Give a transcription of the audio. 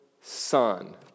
son